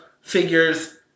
figures